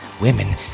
Women